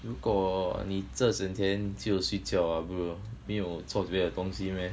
如果你这整天就睡觉 !wah! bro 没有做别的东西 meh